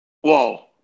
Whoa